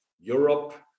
Europe